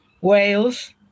Wales